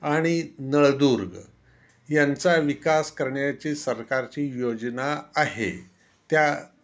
आणि नळदुर्ग यांचा विकास करण्याची सरकारची योजना आहे त्या